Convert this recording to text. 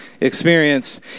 experience